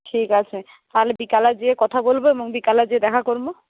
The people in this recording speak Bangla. ঠিক আছে তাহলে বিকালে যেয়ে কথা বলবো এবং বিকালে যেয়ে দেখা করবো